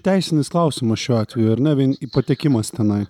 teisinis klausimas šiuo atveju ar ne vien patekimas tenai